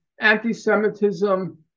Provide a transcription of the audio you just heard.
anti-Semitism